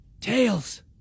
Tails